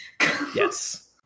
Yes